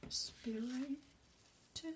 spirit